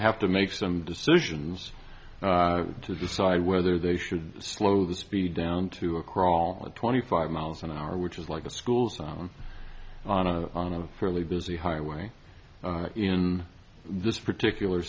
have to make some decisions to decide whether they should slow the speed down to a crawl of twenty five miles an hour which is like a school zone on a on a fairly busy highway in this particular